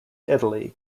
italy